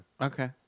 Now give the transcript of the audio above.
Okay